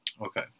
Okay